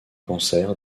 cancer